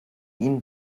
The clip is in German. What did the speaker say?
ihn